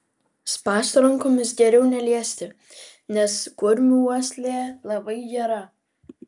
spąstų rankomis geriau neliesti nes kurmių uoslė labai gera